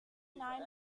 nine